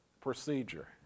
procedure